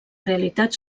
realitat